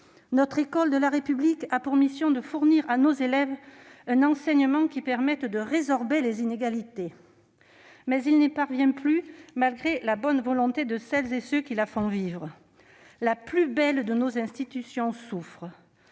Notre école de la République a pour mission de fournir à nos élèves un enseignement qui permette de résorber les inégalités. Or elle n'y parvient plus, malgré la bonne volonté de celles et ceux qui la font vivre. La plus belle de nos institutions souffre